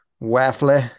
waffle